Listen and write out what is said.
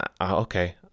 okay